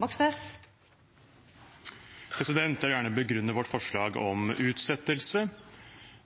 Moxnes har bedt om ordet. Jeg vil gjerne begrunne vårt forslag om utsettelse.